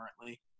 currently